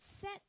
set